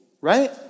right